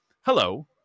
Hello